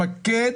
שמתמקד